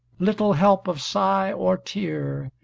little help of sigh or tear,